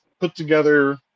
put-together